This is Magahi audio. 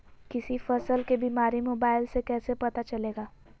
किसी फसल के बीमारी मोबाइल से कैसे पता चलेगा?